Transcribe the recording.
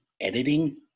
editing